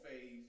phase